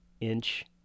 inch